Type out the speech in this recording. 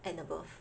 and above